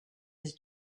his